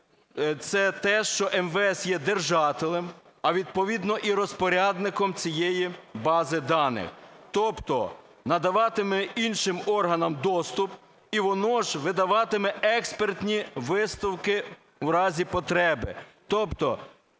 це те, що МВС є держателем, а відповідно і розпорядником цієї бази даних, тобто надаватиме іншим органам доступ, і воно ж видаватиме експертні висновки в разі потреби.